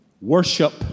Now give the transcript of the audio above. Worship